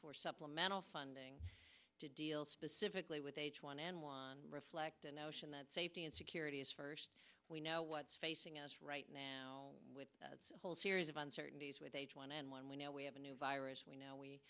for supplemental funding to deal specifically with h one n one reflect a notion that safety and security is first we know what's facing us right now with a whole series of uncertainties with h one n one we know we have a new virus we know we